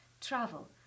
travel